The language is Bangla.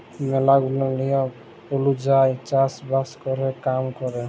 ম্যালা গুলা লিয়ম ওলুজায়ই চাষ বাস ক্যরে কাম ক্যরে